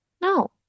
No